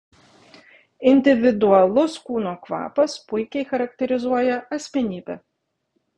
individualus kūno kvapas puikiai charakterizuoja asmenybę